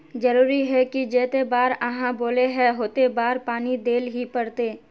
जरूरी है की जयते बार आहाँ बोले है होते बार पानी देल ही पड़ते?